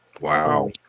wow